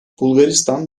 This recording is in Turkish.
bulgaristan